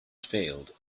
failed